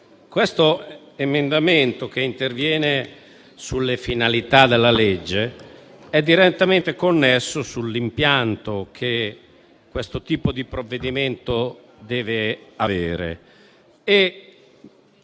l'emendamento 1.150, che interviene sulle finalità della legge, è direttamente connesso all'impianto che questo tipo di provvedimento deve avere.